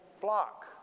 flock